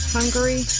Hungary